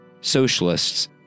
socialists